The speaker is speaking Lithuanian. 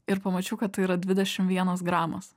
ir pamačiau kad tai yra dvidešim vienas gramas